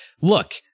look